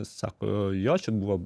sako jo čia buvo